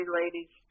ladies